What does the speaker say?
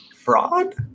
fraud